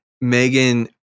Megan